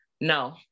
No